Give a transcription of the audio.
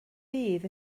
fydd